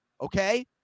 okay